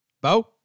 Bo